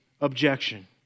objection